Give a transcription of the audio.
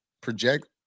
project